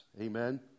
Amen